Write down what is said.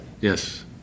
Yes